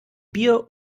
bier